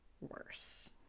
worse